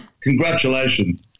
Congratulations